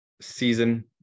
season